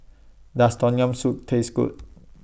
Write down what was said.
Does Tom Yam Soup Taste Good